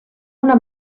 una